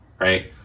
right